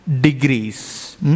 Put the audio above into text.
degrees